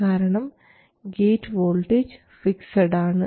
കാരണം gate voltage fixed ആണ്